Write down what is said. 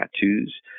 tattoos